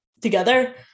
together